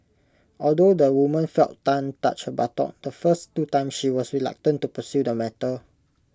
although the woman felt Tan touch buttock the first two times she was reluctant to pursue the matter